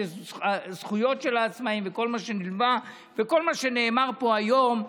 הזכויות של העצמאים וכל מה שנלווה וכל מה שנאמר פה היום.